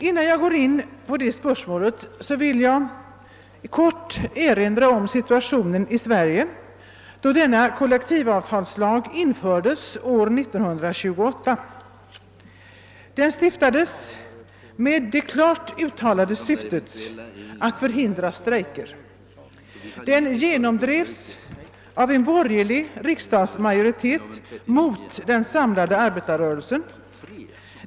Innan jag går in på det spörsmålet vill jag kort erinra om situationen i Sverige då denna kollektivavtalslag infördes år 1928. Lagen stiftades med det klart uttalade syftet att förhindra strejker. Den genomdrevs av en borgerlig riksdagsmajoritet mot den samlade arbetarrörelsen.